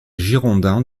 girondins